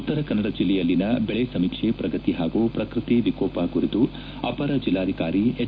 ಉತ್ತರ ಕನ್ನಡ ಜಿಲ್ಲೆಯಲ್ಲಿನ ಬೆಳೆ ಸಮೀಕ್ಷೆ ಪ್ರಗತಿ ಹಾಗೂ ಪ್ರಕೃತಿ ವಿಕೋಪ ಕುರಿತು ಅಪರ ಜಿಲ್ಲಾಧಿಕಾರಿ ಎಚ್